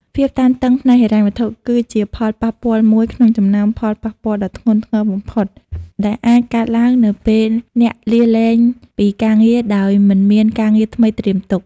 ភាពតានតឹងផ្នែកហិរញ្ញវត្ថុ គឺជាផលប៉ះពាល់មួយក្នុងចំណោមផលប៉ះពាល់ដ៏ធ្ងន់ធ្ងរបំផុត ដែលអាចកើតឡើងនៅពេលអ្នកលាលែងពីការងារដោយមិនមានការងារថ្មីត្រៀមទុក។